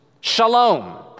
shalom